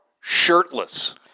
shirtless